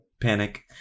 Panic